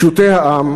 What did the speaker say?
פשוטי העם,